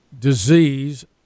disease